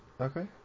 Okay